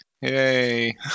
Yay